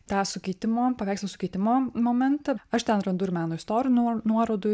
tą sukeitimo paveikslo sukeitimo momentą aš ten randu ir meno istorinių nuo nuorodų